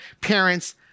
parents